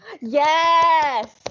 Yes